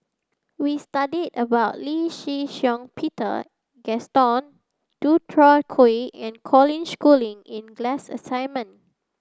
we studied about Lee Shih Shiong Peter Gaston Dutronquoy and Colin Schooling in the glass assignment